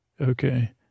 Okay